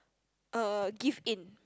uh give in